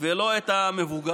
ולא את המבוגרים.